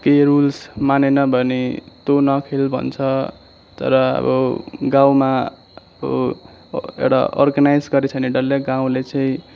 केही रुल्स मानेन भने तँ नखेल भन्छ तर अब गाउँमा अब एउटा अर्गनाइज गरेछ भने डल्लै गाउँले चाहिँ